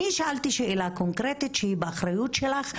אני שאלתי שאלה קונקרטית שהיא באחריות שלך,